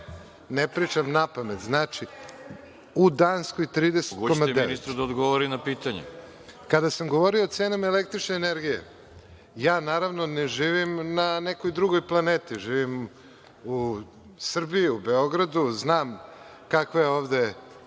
ne pričam napamet. Znači, u Danskoj 30,9.Kada sam govorio o cenama električne energije, ja, naravno, ne živim na nekoj drugoj planeti, živim u Srbiji, u Beogradu. Znam kakva je ovde